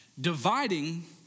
Dividing